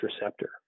receptor